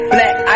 Black